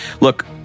Look